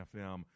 FM